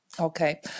Okay